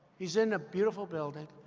he's in a beautiful building,